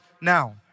now